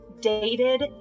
dated